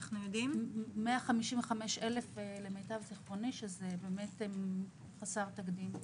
למיטב זכרוני, 155,000, שזה חסר תקדים,